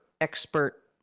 expert